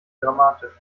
dramatisch